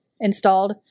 installed